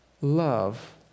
love